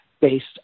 based